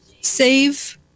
Save